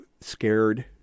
scared